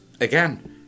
again